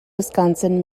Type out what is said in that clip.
wisconsin